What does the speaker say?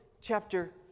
chapter